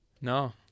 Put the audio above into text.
No